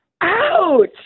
Ouch